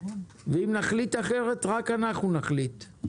אם נחליט אחרת, רק אנחנו נחליט.